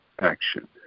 action